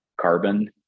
Carbon